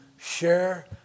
share